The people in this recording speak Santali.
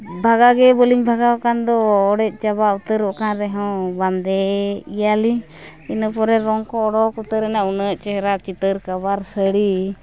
ᱵᱷᱟᱜᱟᱣ ᱜᱮ ᱵᱟᱞᱤᱧ ᱵᱷᱟᱜᱟᱣ ᱠᱟᱱ ᱫᱚ ᱚᱲᱮᱡ ᱪᱟᱵᱟ ᱩᱛᱟᱹᱨᱚᱜ ᱠᱟᱱ ᱨᱮᱦᱚᱸ ᱵᱟᱸᱫᱮᱭᱮᱫ ᱜᱮᱭᱟᱞᱤᱧ ᱤᱱᱟᱹ ᱯᱚᱨᱮ ᱨᱚᱝ ᱠᱚ ᱚᱰᱳᱠ ᱩᱛᱟᱹᱨ ᱮᱱᱟ ᱩᱱᱟᱹᱜ ᱪᱮᱦᱨᱟ ᱪᱤᱛᱟᱹᱨ ᱠᱟᱵᱷᱟᱨ ᱥᱟᱹᱲᱤ